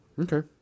Okay